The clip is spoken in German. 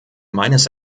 meines